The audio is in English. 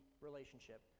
relationship